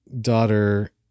daughter